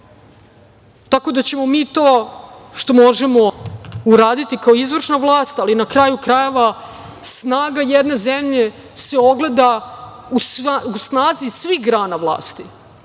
da, mi ćemo to što možemo uraditi kao izvršna vlast, ali na kraju krajeva, snaga jedne zemlje se ogleda u snazi svih grana